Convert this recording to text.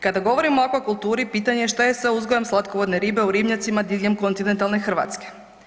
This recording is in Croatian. Kada govorimo o aquakulturi pitanje je šta je sa uzgojem slatkovodne ribe u ribnjacima diljem kontinentalne Hrvatske.